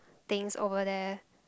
things over there